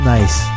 Nice